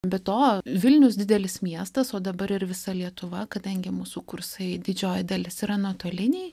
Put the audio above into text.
be to vilnius didelis miestas o dabar ir visa lietuva kadangi mūsų kursai didžioji dalis yra nuotoliniai